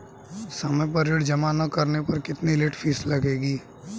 समय पर ऋण जमा न करने पर कितनी लेट फीस लगेगी?